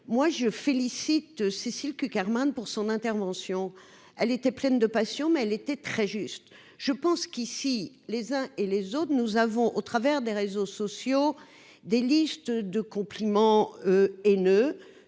moi je félicite Cécile que Carmen pour son intervention, elle était pleine de passion, mais elle était très juste, je pense qu'ici les uns et les autres, nous avons au travers des réseaux sociaux des listes de compliments et ne